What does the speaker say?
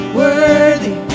worthy